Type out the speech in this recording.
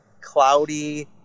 cloudy